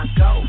go